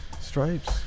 Stripes